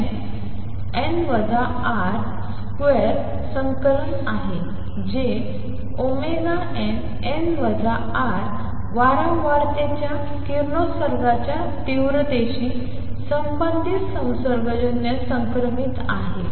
।Cnn τ ।2 संकलन आहे जे nn τ वारंवारतेच्या किरणोत्सर्गाच्या तीव्रतेशी संबंधित संसर्गजन्य संक्रमित आहे